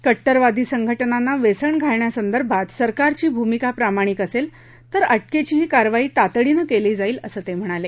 कट्टरवादी संघटनांना वेसण घालण्यासंदर्भात सरकारची भूमिका प्रामाणिक असेल तर अटकेची ही कारवाई तातडीनं केली जाईल असे ते म्हणाले